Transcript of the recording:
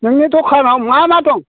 नोंनि दखानाव मा मा दं